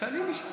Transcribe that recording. תשאלי משם.